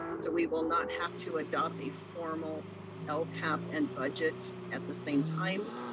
so we will not have to adopt a formal lcap and budget at the same time.